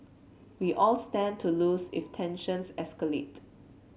we all stand to lose if tensions escalate